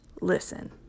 listen